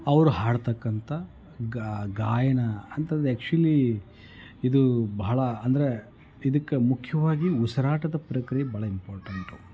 ಅವ್ರು ಹಾಡ್ತಕ್ಕಂಥ ಗ ಗಾಯನ ಅಂಥದ್ದು ಆ್ಯಕ್ಚುಲಿ ಇದು ಬಹಳ ಅಂದರೆ ಇದಕ್ಕೆ ಮುಖ್ಯವಾಗಿ ಉಸಿರಾಟದ ಪ್ರಕ್ರಿಯೆ ಬಹಳ ಇಂಪಾರ್ಟೆಂಟು